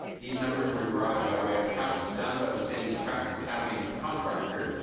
these numbers were derived by way of counts done by the city's traffic counting contractor,